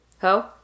Ho